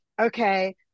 okay